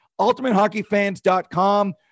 UltimateHockeyFans.com